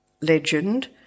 legend